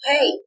Hey